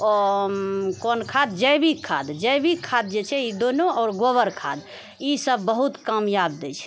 कोन खाद जैविक खाद जैविक खाद जे छै ई दोनो आओर गोबर खाद ई सब बहुत कामयाब दै छै